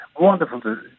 wonderful